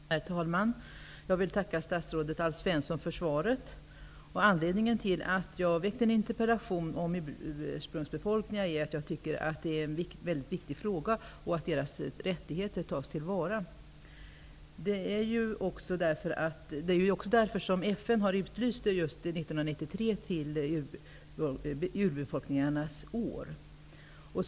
Herr talman! Jag vill tacka statsrådet Alf Svensson för svaret. Anledningen till att jag väckt en interpellation om ursprungsbefolkningar är att jag tycker att det är viktigt att deras rättigheter tas till vara. FN har också utlyst 1993 till urbefolkningarnas år.